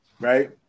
right